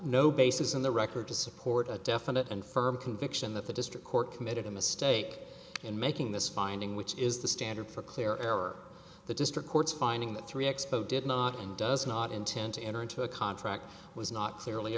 no basis in the record to support a definite and firm conviction that the district court committed a mistake in making this finding which is the standard for clear error the district court's finding that three exposed did not and does not intend to enter into a contract was not clearly